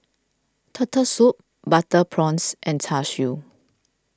Turtle Soup Butter Prawns and Char Siu